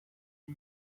que